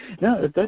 no